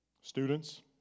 Students